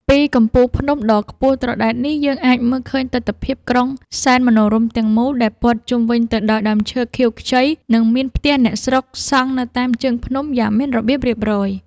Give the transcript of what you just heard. ពីកំពូលភ្នំដ៏ខ្ពស់ត្រដែតនេះយើងអាចមើលឃើញទិដ្ឋភាពក្រុងសែនមនោរម្យទាំងមូលដែលព័ទ្ធជុំវិញទៅដោយដើមឈើខៀវខ្ចី និង មានផ្ទះអ្នកស្រុកសង់នៅតាមជើងភ្នំយ៉ាងមានរបៀបរៀបរយ។